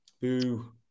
Boo